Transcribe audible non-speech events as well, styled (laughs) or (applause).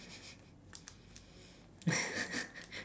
(laughs)